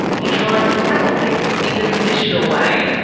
he tried to tackle things in the traditional way,